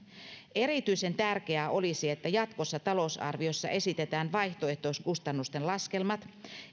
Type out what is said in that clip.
erityisen tärkeää olisi että jatkossa talousarviossa esitetään vaihtoehtoiskustannusten laskelmat